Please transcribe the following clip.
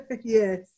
Yes